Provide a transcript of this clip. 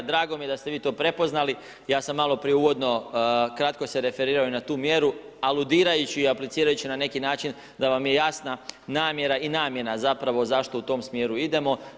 Drago mi je da ste vi to prepoznali, ja sam maloprije uvodno kratko se referirao i na tu mjeru aludirajući i aplicirajući na neki način da vam je jasna namjera i namjena zapravo zašto u tom smjeru idemo.